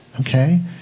okay